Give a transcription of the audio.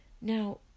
Now